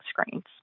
screens